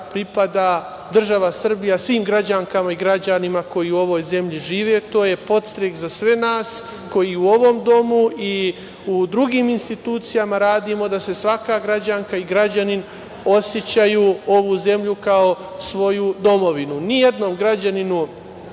pripada svim građankama i građanima koji u ovoj zemlji žive. To je podstrek za sve nas koji u ovom domu i u drugim institucijama radimo da se svaka građanka i građanin osećaju, osećaju ovu zemlju kao svoju domovinu. Ni jednom građaninu,